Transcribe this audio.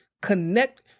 connect